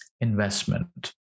investment